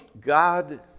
God